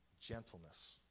gentleness